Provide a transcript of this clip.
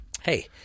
Hey